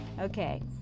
Okay